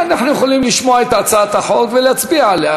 אנחנו יכולים לשמוע את הצעת החוק ולהצביע עליה,